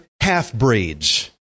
half-breeds